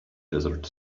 desert